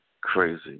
Crazy